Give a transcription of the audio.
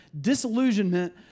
disillusionment